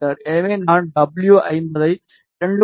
எனவே நான் டபுள்யூ 50 ஐ 2